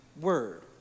word